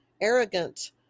arrogant